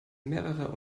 mehrerer